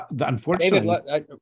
Unfortunately